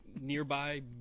nearby